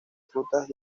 frutas